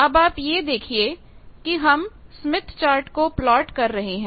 अब आप ये देखिये कि हम स्मिथ चार्ट को प्लाट कर रहे है